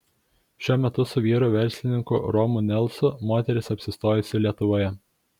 šiuo metu su vyru verslininku romu nelsu moteris apsistojusi lietuvoje